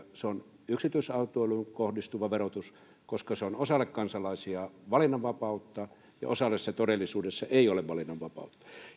toinen on yksityisautoiluun kohdistuva verotus koska se on osalle kansalaisia valinnanvapautta ja osalle se todellisuudessa ei ole valinnanvapautta